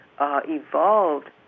Evolved